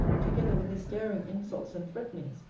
together with his daring insults, and threatenings,